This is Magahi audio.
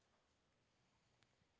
पौधा लाक कोद माटित लगाना चही?